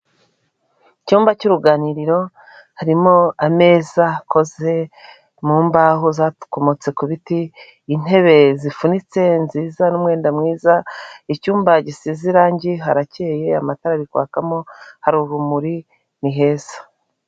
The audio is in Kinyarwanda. Icyumba cy'uruganiriro, harimo ameza akoze mu mbaho zakomotse ku biti, intebe zifunitse nziza, n'umwenda mwiza, icyumba gisize irangi, harakeye, amatara ari kwakamo, hari urumuri, ni heza.